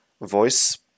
voice